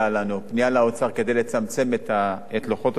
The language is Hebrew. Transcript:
פנייה לאוצר כדי לצמצם את לוחות הזמנים.